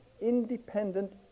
independent